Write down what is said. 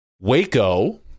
Waco